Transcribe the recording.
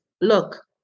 look